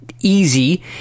easy